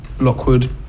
Lockwood